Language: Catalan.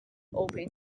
open